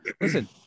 listen